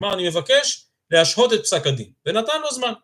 מה אני מבקש? להשהות את פסק הדין. ונתן לו זמן.